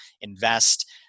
invest